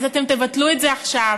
אז אתם תבטלו את זה עכשיו,